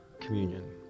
communion